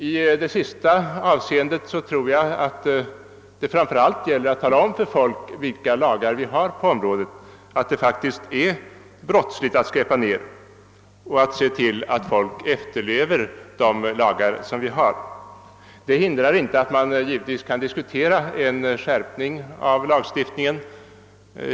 I det sistnämnda avseendet tror jag att det framför allt gäller att tala om för folk vilka lagar vi har på området, att påpeka att det faktiskt är brottsligt att skräpa ned och att se till att folk efterlever de lagar vi har. Detta hindrar naturligtvis inte att man kan diskutera en skärpning av lagstiftningen.